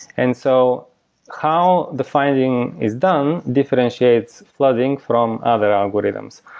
and so how the filing is done differentiates flooding from other algorithms.